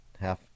half